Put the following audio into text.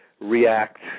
react